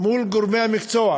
ומול גורמי המקצוע,